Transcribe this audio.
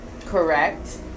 correct